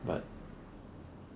but